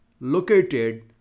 located